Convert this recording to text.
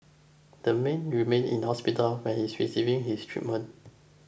the man remain in hospital where he is receiving his treatment